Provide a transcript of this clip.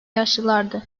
yaşlılardı